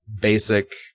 basic